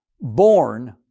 born